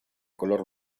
color